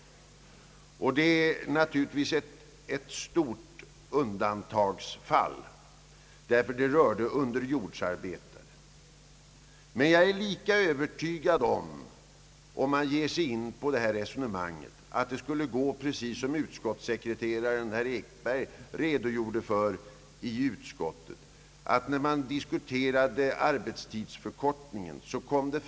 Då rörde det sig naturligtvis om ett undantagsfall, därför att det gällde underjordsarbete. Om man ger sig in på det resonemang som vissa motionärer och reservanter önskar, blir det säkerligen på samma sätt som när ar betstidsförkortningen diskuterades.